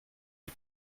des